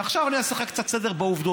עכשיו אני אעשה לך קצת סדר בעובדות.